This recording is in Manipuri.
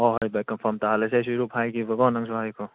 ꯍꯣꯏ ꯍꯣꯏ ꯕꯥꯏ ꯀꯟꯐꯥꯝ ꯇꯥꯍꯜꯂꯁꯦ ꯑꯩꯁꯤꯁꯨ ꯍꯥꯏꯒꯦꯕꯀꯣ ꯅꯪꯁꯨ ꯍꯥꯏꯈ꯭ꯔꯣ